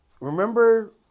remember